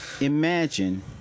Imagine